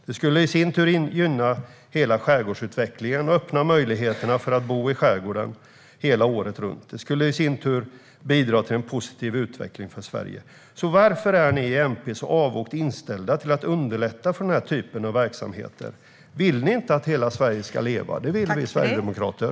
Det skulle gynna hela skärgårdsutvecklingen och öppna möjligheterna att bo i skärgården året runt, vilket i sin tur skulle bidra till en positiv utveckling för Sverige. Varför är ni i MP så avogt inställda till att underlätta för den här typen av verksamheter? Vill ni inte att hela Sverige ska leva? Det vill vi sverigedemokrater.